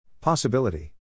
Possibility